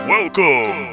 Welcome